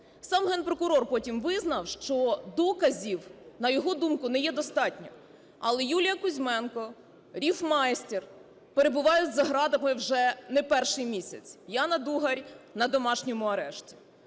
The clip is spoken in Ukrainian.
Сам Генпрокурор потім визнав, що доказів, на його думку, не є достатньо. Але Юлія Кузьменко, Riffmaster перебувають за ґратами вже не перший місяць, Яна Дугар – на домашньому арешті.